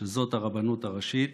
שזאת הרבנות הראשית